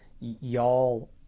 y'all